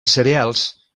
cereals